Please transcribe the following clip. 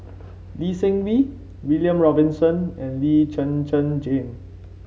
Lee Seng Wee William Robinson and Lee Zhen Zhen Jane